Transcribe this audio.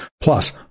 Plus